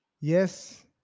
Yes